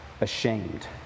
ashamed